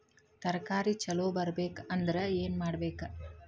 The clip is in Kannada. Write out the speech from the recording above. ತರಕಾರಿ ಛಲೋ ಬರ್ಬೆಕ್ ಅಂದ್ರ್ ಏನು ಮಾಡ್ಬೇಕ್?